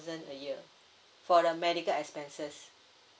a year for the medical expenses